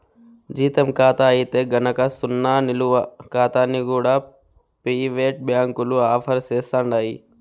జీతం కాతా అయితే గనక సున్నా నిలవ కాతాల్ని కూడా పెయివేటు బ్యాంకులు ఆఫర్ సేస్తండాయి